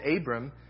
Abram